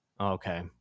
Okay